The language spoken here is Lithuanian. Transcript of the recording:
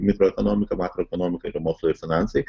mikroekonomika makroekonomika yra mokslai ir finansai